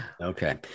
Okay